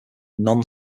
non